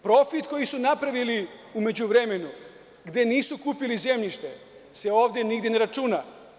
Profit koji su napravili u međuvremenu, gde nisu kupili zemljište, se ovde nigde ne računa.